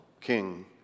King